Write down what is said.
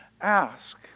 ask